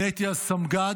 אני הייתי אז סמג"ד,